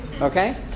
okay